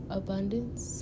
abundance